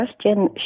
question